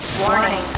Warning